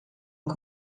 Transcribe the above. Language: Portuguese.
uma